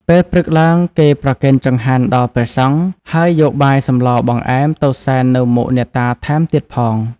ពេលព្រឹកឡើងគេប្រគេនចង្ហាន់ដល់ព្រះសង្ឃ ហើយយកបាយ សម្ល បង្អែម ទៅសែននៅមុខអ្នកតាថែមទៀតផង។